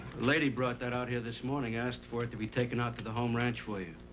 lady brought that out here this morning, asked for it to be taken out to the home ranch for you.